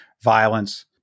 violence